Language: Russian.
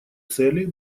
цели